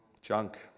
junk